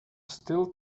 still